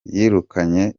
yirukanye